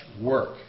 work